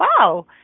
wow